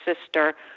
sister